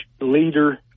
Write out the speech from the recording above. leader